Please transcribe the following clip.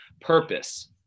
purpose